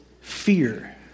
fear